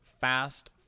fast